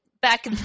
Back